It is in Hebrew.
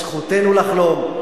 זכותנו לחלום,